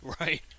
Right